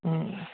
হুম